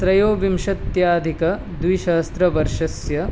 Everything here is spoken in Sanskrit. त्रयोविंशत्यधिकद्विसहस्रवर्षस्य